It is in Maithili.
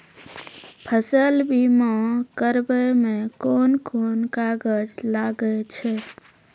फसल बीमा कराबै मे कौन कोन कागज लागै छै?